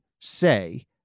say